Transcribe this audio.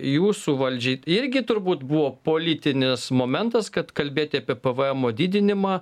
jūsų valdžiai irgi turbūt buvo politinis momentas kad kalbėti apie pvemo didinimą